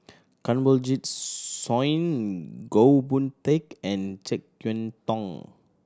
Kanwaljit Soin Goh Boon Teck and Jek Yeun Thong